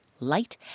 light